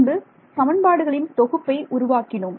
பின்பு சமன்பாடுகளின் தொகுப்பை உருவாக்கினோம்